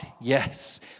yes